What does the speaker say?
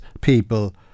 people